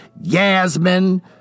Yasmin